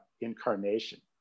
incarnation